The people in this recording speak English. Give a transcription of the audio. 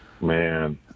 Man